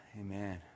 Amen